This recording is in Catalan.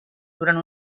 durant